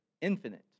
Infinite